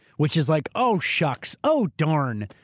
which is like, oh shucks, oh darn.